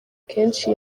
akenshi